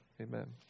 amen